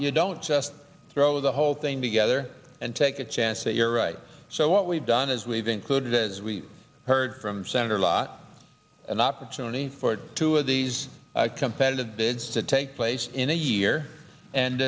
you don't just throw the whole thing together and take a chance that you're right so what we've done is we've included as we heard from senator lott an opportunity for two of these competitive bids to take place in a year and